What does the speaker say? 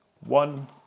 one